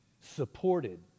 supported